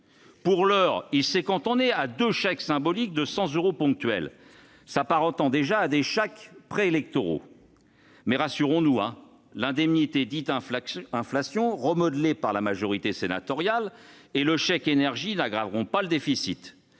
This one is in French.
Pour l'heure, il s'est cantonné à deux chèques symboliques de 100 euros ponctuels, qui s'apparentent déjà à des chèques préélectoraux. Rassurons-nous, l'indemnité inflation, remodelée par la majorité sénatoriale, et le chèque énergie n'aggraveront pas le déficit.